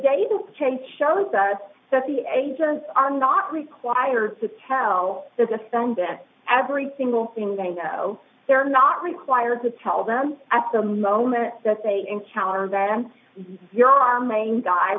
the chase shows us that the agents are not required to tell the sun that every single thing they know they're not required to tell them at the moment that they encounter them you're our main guy